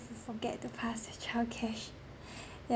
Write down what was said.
you forget to pass your child cash yeah